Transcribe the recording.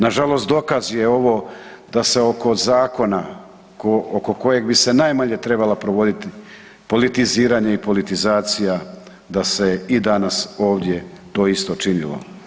Nažalost dokaz je ovo da se oko zakona oko kojeg bi se najmanje trebala provoditi politiziranje i politizacija da se i danas ovdje to isto činilo.